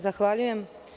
Zahvaljujem.